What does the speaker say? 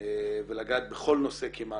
ולגעת בכל נושא שרוצים,